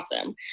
awesome